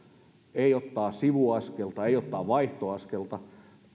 ei ottaa sivuaskelta ei ottaa vaihtoaskelta